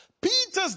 Peter's